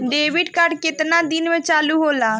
Debit card केतना दिन में चालु होला?